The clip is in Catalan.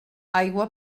aigua